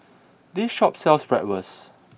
this shop sells Bratwurst